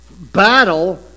battle